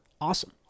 Awesome